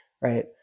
right